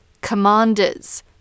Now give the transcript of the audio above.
commanders